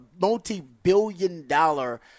multi-billion-dollar